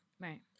Right